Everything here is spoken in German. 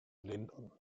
lindern